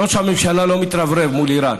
ראש הממשלה לא מתרברב מול איראן,